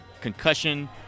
concussion